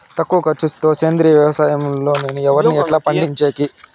తక్కువ ఖర్చు తో సేంద్రియ వ్యవసాయం లో నేను వరిని ఎట్లా పండించేకి?